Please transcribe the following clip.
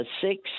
six